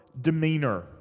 demeanor